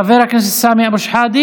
אז חברת הכנסת שרן השכל,